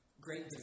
great